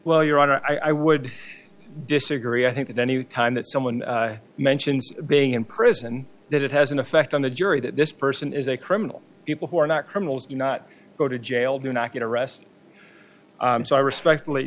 well your honor i would disagree i think that any time that someone mentions being in prison that it has an effect on the jury that this person is a criminal people who are not criminals do not go to jail do not get arrested so i respectfully